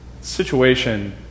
situation